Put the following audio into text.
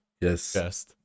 yes